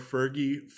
Fergie